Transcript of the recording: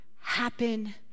happen